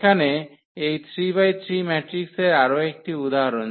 এখানে এই 3 বাই 3 ম্যাট্রিক্সের আরও একটি উদাহরণ